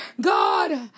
God